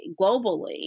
globally